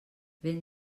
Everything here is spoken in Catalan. ben